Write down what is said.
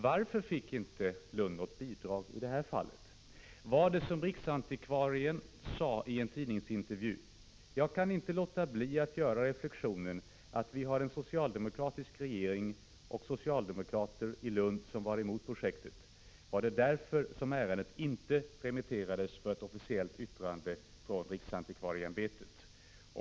Varför fick inte Lund något bidrag i detta fall? Skälet var kanske det som riksantikvarien i en tidningsintervju förde fram: Jag kan inte låta bli att göra reflexionen att vi har en socialdemokratisk regering och socialdemokrater i Lund som var emot projektet. Var det därför som ärendet inte remitterades för ett officiellt yttrande från riksantikvarieämbetet?